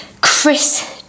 Chris